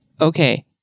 Okay